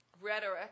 rhetoric